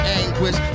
anguish